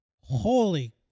Holy